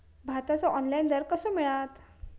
भाताचो ऑनलाइन दर कसो मिळात?